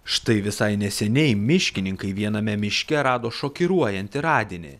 štai visai neseniai miškininkai viename miške rado šokiruojantį radinį